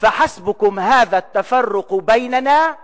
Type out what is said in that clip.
וחסבכם הד'א א-תפרוק ביננא/